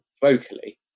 vocally